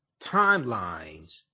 timelines